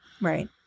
Right